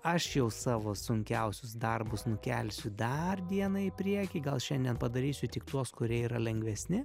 aš jau savo sunkiausius darbus nukelsiu dar dieną į priekį gal šiandien padarysiu tik tuos kurie yra lengvesni